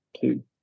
Two